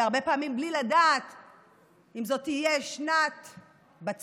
והרבה פעמים בלי לדעת אם זו תהיה שנת בצורת,